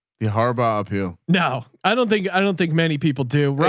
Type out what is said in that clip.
the harbor appeal. now. i don't think, i don't think many people do.